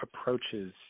approaches